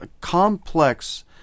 complex